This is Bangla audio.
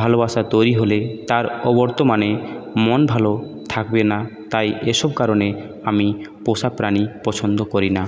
ভালোবাসা তৈরি হলে তার অবর্তমানে মন ভালো থাকবে না তাই এসব কারণে আমি পোষা প্রাণী পছন্দ করি না